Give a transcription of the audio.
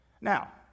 Now